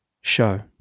show